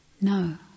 No